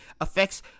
affects